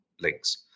links